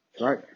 Right